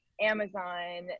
Amazon